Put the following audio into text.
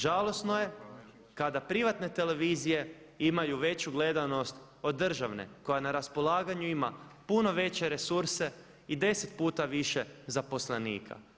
Žalosno je kada privatne televizije imaju veću gledanost od državne koja na raspolaganju ima puno veće resurse i 10 puta više zaposlenika.